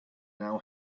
now